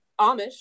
Amish